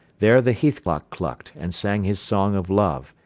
there the heathcock clucked and sang his song of love,